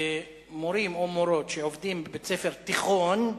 ומורים או מורות שעובדים בבית-ספר תיכון,